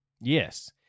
Yes